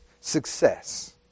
success